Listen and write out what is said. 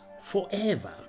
forever